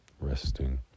resting